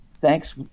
Thanks